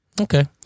Okay